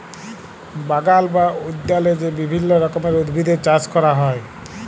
বাগাল বা উদ্যালে যে বিভিল্য রকমের উদ্ভিদের চাস ক্যরা হ্যয়